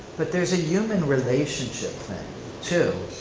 but there's a human relationship thing too.